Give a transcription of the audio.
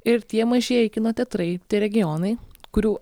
ir tie mažieji kino teatrai tie regionai kurių